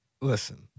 Listen